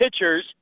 pitchers